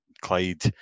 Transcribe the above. Clyde